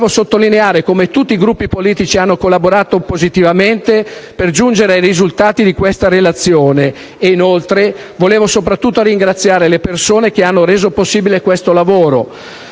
vorrei sottolineare che tutti i Gruppi politici hanno collaborato positivamente per giungere ai risultati in essa contenuti. Inoltre, vorrei soprattutto ringraziare le persone che hanno reso possibile il lavoro